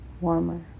warmer